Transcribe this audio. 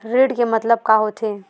ऋण के मतलब का होथे?